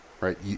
right